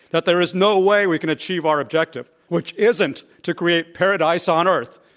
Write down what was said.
that there is no way we can achieve our objective, which isn't to create paradise on earth,